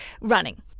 running